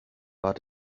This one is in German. war